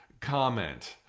comment